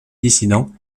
dissident